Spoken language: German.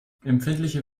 empfindliche